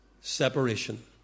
separation